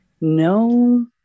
No